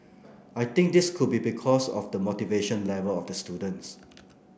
I think this could be because of the motivation level of the students